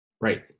Right